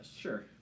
Sure